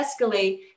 escalate